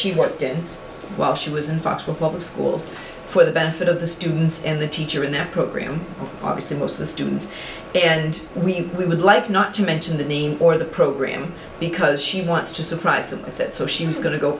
she worked at while she was in fossil public schools for the benefit of the students and the teacher in that program obviously most of the students and we would like not to mention the name or the program because she wants to surprise them with it so she was going to go